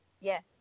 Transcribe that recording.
Yes